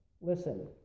Listen